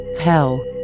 Hell